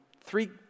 three